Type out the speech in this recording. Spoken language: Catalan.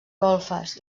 golfes